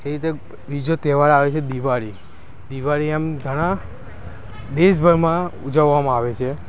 એ રીતે બીજો તહેવાર આવે છે દિવાળી દિવાળી આમ ઘણા દેશભરમાં ઉજવવામાં આવે છે